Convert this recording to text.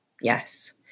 Yes